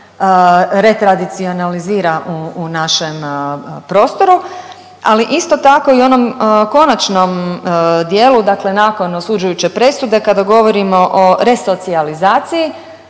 retradicionalizira u, u našem prostoru ali isto tako i onom konačnom dijelu dakle nakon osuđujuće presude kada govorimo o resocijalizaciji